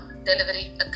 delivery